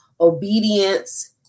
obedience